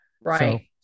Right